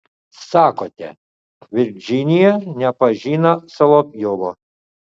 sakote virdžinija nepažino solovjovo